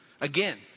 Again